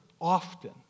often